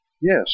Yes